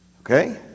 Okay